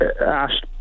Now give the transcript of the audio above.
asked